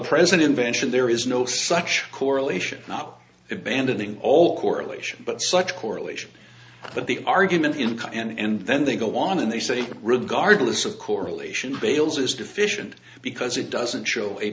present invention there is no such correlation not abandoning all correlation but such a correlation but the argument in cut and then they go on and they say regardless of correlation bale's is deficient because it doesn't show a